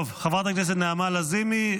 טוב, חברת הכנסת נעמה לזימי.